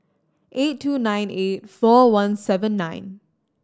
eight two nine eight four one seven nine